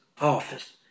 office